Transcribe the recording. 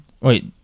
Wait